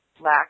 lack